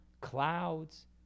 clouds